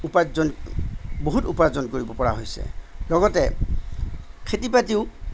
উপাৰ্জন বহুত উপাৰ্জন কৰিব পৰা হৈছে লগতে খেতি বাতিয়ো